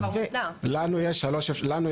אני לא